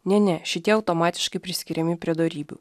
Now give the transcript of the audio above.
ne ne šitie automatiškai priskiriami prie dorybių